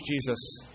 Jesus